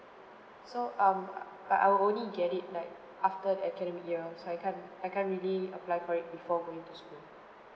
so um uh I will only get it like after the academic year so I can't I can't really apply for it before going to school